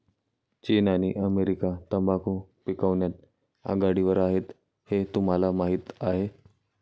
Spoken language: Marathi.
चीन आणि अमेरिका तंबाखू पिकवण्यात आघाडीवर आहेत हे तुम्हाला माहीत आहे